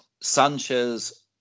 Sanchez